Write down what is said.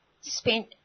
spent